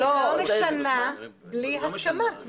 אני לא משנה בלי הסכמה.